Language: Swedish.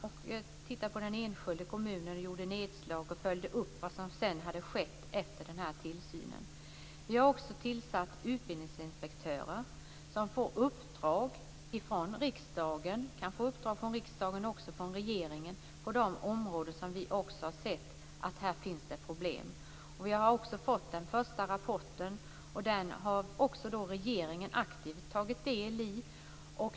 Man tittade på enskilda kommuner och gjorde nedslag och följde upp vad som sedan hade skett efter tillsynen. Vi har också tillsatt utbildningsinspektörer som får uppdrag från riksdagen - de kan få uppdrag från riksdagen men även från regeringen - inom de områden där vi har sett att det finns problem. Vi har fått den första rapporten. Den har även regeringen aktivt tagit del i.